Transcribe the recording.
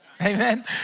Amen